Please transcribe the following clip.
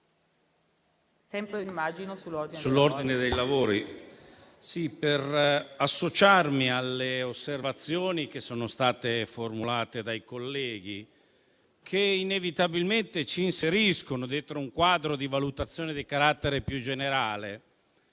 per associarmi alle osservazioni che sono state formulate dai colleghi, che inevitabilmente ci inseriscono dentro un quadro di valutazione di carattere più generale,